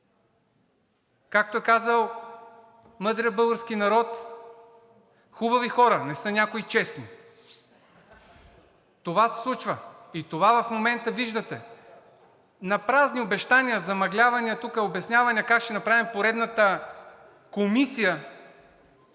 Както е казал мъдрият български народ – хубави хора, не са някои честни. Това се случва и това в момента виждате – напразни обещавания, замъглявания, тук обясняване как ще направим поредната комисия,